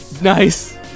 Nice